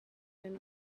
than